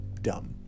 dumb